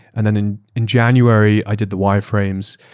and then in in january, i did the wireframes.